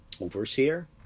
overseer